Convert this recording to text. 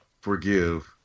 forgive